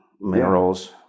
minerals